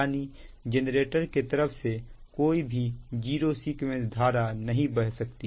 यानी जेनरेटर की तरफ से कोई भी जीरो सीक्वेंस धारा नहीं बह सकती